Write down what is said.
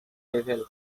level